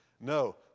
no